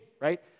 right